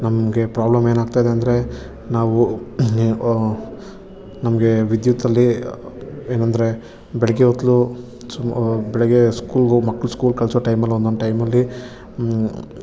ನಮಗೆ ಪ್ರಾಬ್ಲಮ್ ಏನಾಗ್ತಾ ಇದೆ ಅಂದರೆ ನಾವು ನಮಗೆ ವಿದ್ಯುತ್ತಲ್ಲಿ ಏನಂದರೆ ಬೆಳಗ್ಗೆ ಹೊತ್ತು ಬೆಳಗ್ಗೆ ಸ್ಕೂಲ್ಗೋ ಮಕ್ಕಳ ಸ್ಕೂಲ್ ಕಳಿಸೋ ಟೈಮಲ್ಲಿ ಒಂದೊಂದು ಟೈಮಲ್ಲಿ